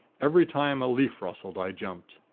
every time a leaf rustled, i jumped.